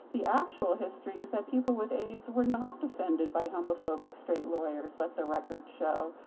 the actual history is that people with aids were not defended by homophobic straight lawyers, let the record show.